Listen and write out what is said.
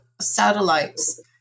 satellites